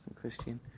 Christian